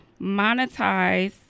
monetize